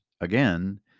again